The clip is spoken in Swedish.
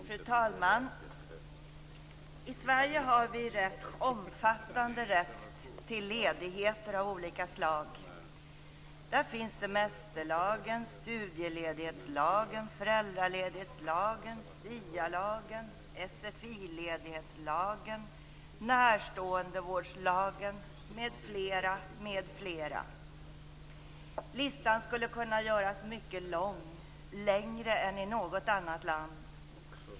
Fru talman! I Sverige har vi en rätt omfattande rätt till ledigheter av olika slag. Där finns semesterlagen, studieledighetslagen, föräldraledighetslagen, sialagen, sfi-ledighetslagen, närståendevårdslagen m.fl. Listan skulle kunna göras mycket lång - längre än i något annat land.